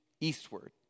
eastward